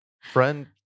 Friend –